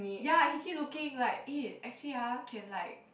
ya he keep looking like eh actually ah can like